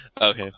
Okay